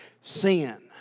sin